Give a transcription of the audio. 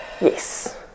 Yes